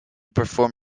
perform